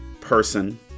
person